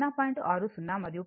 2 o కాబట్టి P600 what